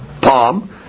palm